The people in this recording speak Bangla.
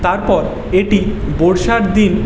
তারপর এটি বর্ষার দিন